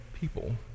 people